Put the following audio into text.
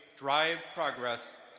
drive progress,